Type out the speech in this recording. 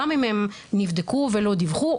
גם אם הם נבדקו ולא דיווחו,